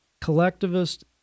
Collectivist